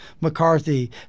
McCarthy